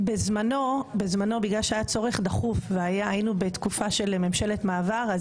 בזמנו בגלל שהיה צורך דחוף והיינו בתקופה של ממשלת מעבר,